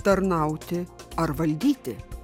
tarnauti ar valdyti